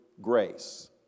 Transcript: grace